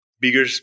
bigger